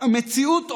המציאות אומרת,